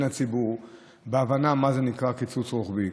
הציבור בהבנה של מה זה נקרא קיצוץ רוחבי.